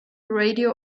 radio